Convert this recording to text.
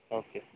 okay